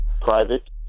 private